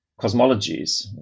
cosmologies